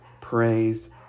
praise